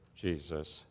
Jesus